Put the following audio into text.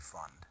fund